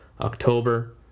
October